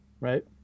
right